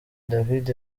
david